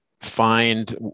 find